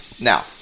now